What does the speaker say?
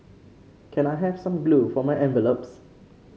can I have some glue for my envelopes